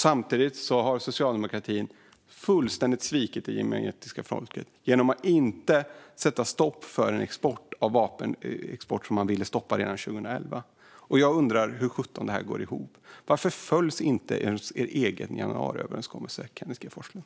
Samtidigt har socialdemokratin fullständigt svikit det jemenitiska folket genom att inte sätta stopp för en vapenexport som man ville stoppa redan 2011. Jag undrar hur sjutton det här går ihop. Varför följer ni inte ens er egen generalöverenskommelse, Kenneth G Forslund?